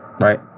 right